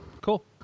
Cool